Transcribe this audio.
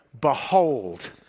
Behold